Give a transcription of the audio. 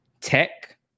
Tech